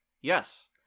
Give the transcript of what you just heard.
yes